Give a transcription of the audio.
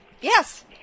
Yes